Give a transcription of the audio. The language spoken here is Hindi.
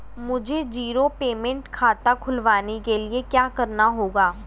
मुझे जीरो पेमेंट खाता खुलवाने के लिए क्या करना होगा?